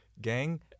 Gang